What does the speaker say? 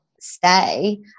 stay